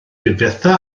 difetha